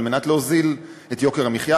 על מנת להוריד את יוקר המחיה,